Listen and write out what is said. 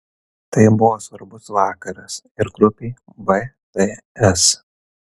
tai buvo svarbus vakaras ir grupei bts